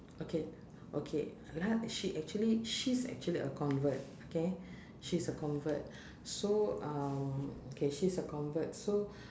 okay okay la~ she actually she's actually a convert okay she's a convert so um K she's a convert so